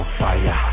fire